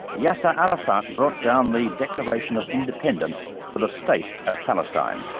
yasser arafat brought down the declaration of independence for the state of palestine.